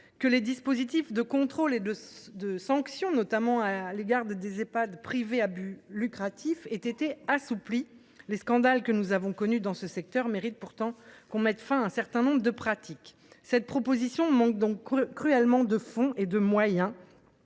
que les dispositifs de contrôle et les sanctions, notamment à l’égard des Ehpad privés à but lucratif, aient été assouplis. Les scandales que nous avons connus dans ce secteur méritent pourtant que l’on mette fin à un certain nombre de pratiques ! Cette proposition de loi manque donc cruellement de fond, de moyens